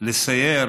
לסייר